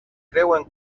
creuen